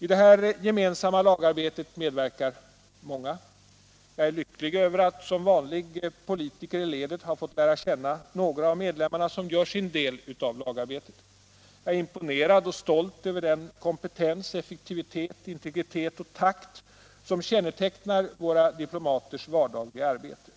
I detta gemensamma lagarbete medverkar många. Jag är lycklig över att som vanlig politiker i ledet ha fått lära känna några av de medlemmar som gör sin del i lagarbetet. Jag är imponerad och stolt över den kompetens, effektivitet, integritet och takt som kännetecknar våra diplomaters vardagliga arbete.